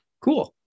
Cool